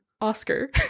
Oscar